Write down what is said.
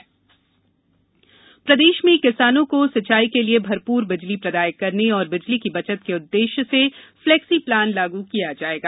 flexi plan प्रदेश में किसानों को सिंचाई के लिए भरपूर बिजली प्रदाय करने एवं बिजली की बचत के उद्देश्य से फ्लेक्सी प्लान लागू किया जाएगा